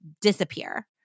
disappear